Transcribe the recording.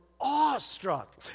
awestruck